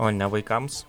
o ne vaikams